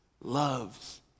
loves